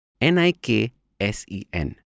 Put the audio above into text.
N-I-K-S-E-N